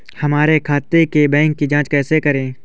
हमारे खाते के बैंक की जाँच कैसे करें?